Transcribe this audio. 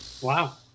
Wow